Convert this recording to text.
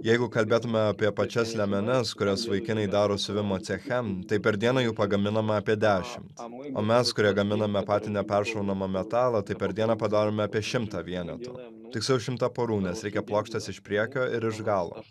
jeigu kalbėtume apie pačias liemenes kurias vaikinai daro siuvimo ceche tai per dieną jų pagaminama apie dešimt o mes kurie gaminame patį neperšaunamą metalą tai per dieną padarome apie šimtą vienetų tiksliau šimtą porų nes reikia plokštės iš priekio ir aš galo